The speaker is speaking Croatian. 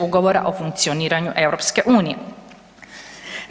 Ugovora o funkcioniranju EU-a.